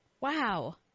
Wow